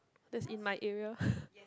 that's in my area